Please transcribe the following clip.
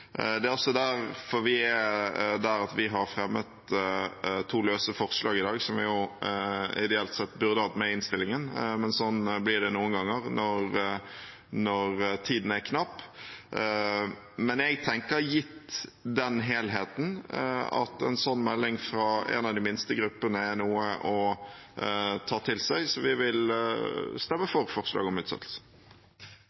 Det er også derfor vi er der at vi har fremmet to løse forslag i dag, som vi ideelt sett burde ha hatt med i innstillingen, men sånn blir det noen ganger når tiden er knapp. Men jeg tenker, gitt den helheten, at en sånn melding fra en av de minste gruppene er noe å ta til seg, så vi vil stemme